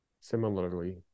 Similarly